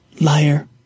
liar